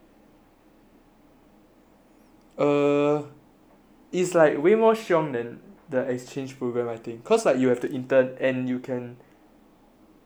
uh it's like way more shiong than the exchange program I think cause like you have to intern and you can do modules at the same also